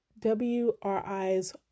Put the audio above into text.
WRI's